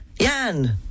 Jan